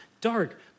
dark